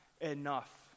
enough